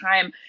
time